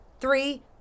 three